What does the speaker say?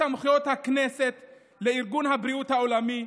סמכויות הכנסת לארגון הבריאות העולמי,